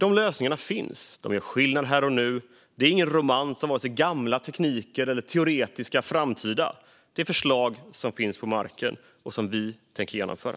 De lösningarna finns och gör skillnad här och nu. Det är ingen romans med vare sig gamla tekniker eller teoretiska framtida. Det är förslag som finns på marken och som vi tänker genomföra.